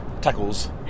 tackles